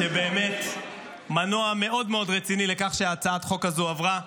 -- שהיא באמת מנוע מאוד מאוד רציני לכך שהצעת החוק הזו עברה.